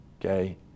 Okay